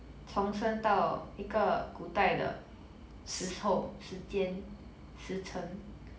重生到一个古代的时候时间时辰